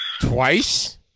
Twice